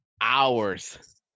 hours